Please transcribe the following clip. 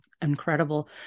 incredible